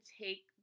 take